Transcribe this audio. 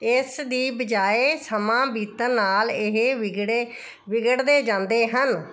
ਇਸ ਦੀ ਬਜਾਏ ਸਮਾਂ ਬੀਤਣ ਨਾਲ ਇਹ ਵਿਗੜੇ ਵਿਗੜਦੇ ਜਾਂਦੇ ਹਨ